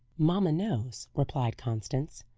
mamma knows, replied constance.